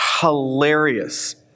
hilarious